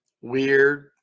weird